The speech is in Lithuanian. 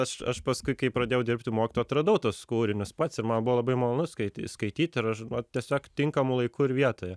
aš aš paskui kai pradėjau dirbti mokytoju atradau tuos kūrinius pats ir man buvo labai malonu skaity skaityt ir aš vat tiesiog tinkamu laiku ir vietoje